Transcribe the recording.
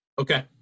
Okay